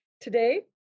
Today